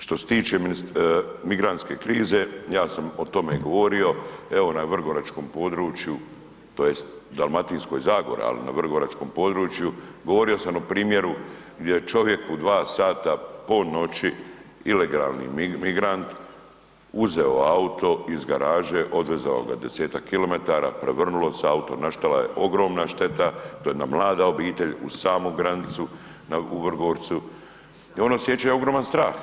Što se tiče migrantske krize, ja sam o tome govorio, evo na vrgoračkom području, tj. Dalmatinskoj zagori, ali na vrgoračkom području, govorio sam o primjeru gdje je čovjek u 2 h po noći ilegalni migrant, uzeo auto iz garaže, odvezao ga 10-tak kilometara, prevrnulo se auto, nastala je ogromna šteta, to je jedna mlada obitelj uz samu granicu u Vrgorcu i on osjeća i ogroman strah.